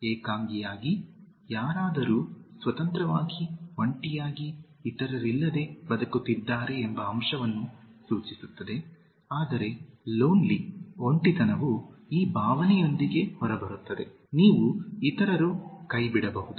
ಏಕಾಂಗಿಯಾಗಿ ಯಾರಾದರೂ ಸ್ವತಂತ್ರವಾಗಿ ಒಂಟಿಯಾಗಿ ಇತರರಿಲ್ಲದೆ ಬದುಕುತ್ತಿದ್ದಾರೆ ಎಂಬ ಅಂಶವನ್ನು ಸೂಚಿಸುತ್ತದೆ ಆದರೆ ಲೋನ್ಲಿ ಒಂಟಿತನವು ಈ ಭಾವನೆಯೊಂದಿಗೆ ಹೊರಬರುತ್ತದೆ ನೀವು ಇತರರು ಕೈಬಿಡಬಹುದು